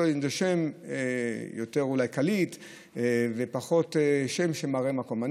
השם יותר קליט ופחות שם של מראה מקום.